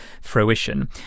fruition